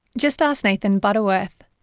just ask nathan butterworth.